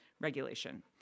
regulation